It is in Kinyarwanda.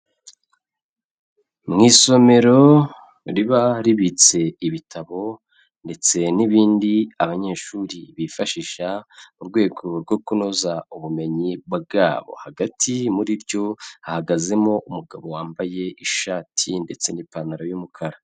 Mu isomero riba ribitse ibitabo ndetse n'ibindi abanyeshuri bifashisha mu rwego rwo kunoza ubumenyi bwabo, hagati muri ryo hahagazemo umugabo wambaye ishati ndetse n'ipantaro y'umukara.